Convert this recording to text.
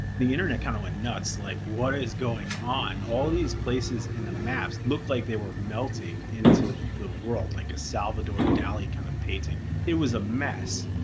the internet kind of went nuts, like is going on. all these places in the maps look like they were melting into the world like a salvador dali kind of painting. it was a mess.